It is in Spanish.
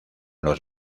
los